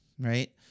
Right